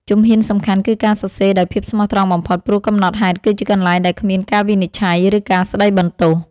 ជំហានសំខាន់គឺការសរសេរដោយភាពស្មោះត្រង់បំផុត ព្រោះកំណត់ហេតុគឺជាកន្លែងដែលគ្មានការវិនិច្ឆ័យ ឬការស្ដីបន្ទោស។